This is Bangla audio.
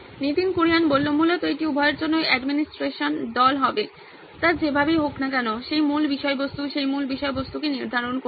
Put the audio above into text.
নীতিন কুরিয়ান মূলত এটি উভয়ের জন্যই অ্যাডমিনিস্ট্রেশন দল হবে তা যেভাবেই হোক না কেন সেই মূল বিষয়বস্তু সেই মূল বিষয়বস্তু কে নির্ধারণ করবে